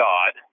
God